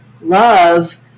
love